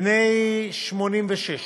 בני 86,